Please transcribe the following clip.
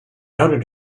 outed